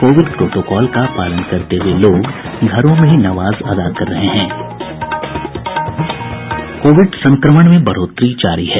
Covid protocol का पालन करते हुये लोग घरों में ही नमाज अदा कर रहे हैं कोविड संक्रमण में बढोतरी जारी है